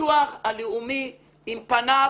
הביטוח הלאומי עם פניו